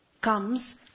comes